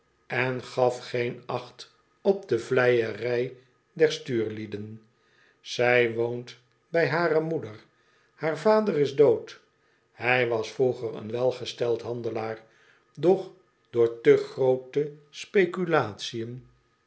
en gaf geen acht op de vleierij der stuurlieden zij woont bij hare moeder haar vader is dood hij was vroeger een welgesteld handelaar doch door te groote speculatiön